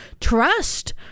trust